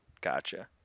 Gotcha